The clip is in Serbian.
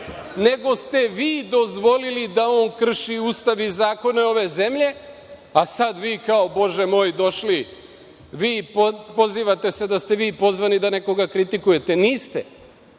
nego ste vi dozvolili da on krši Ustav i zakone ove zemlje, a sada vi kao Bože moj, došli vi, pozivate se da ste vi pozvani da nekoga kritikujete. Niste. Ono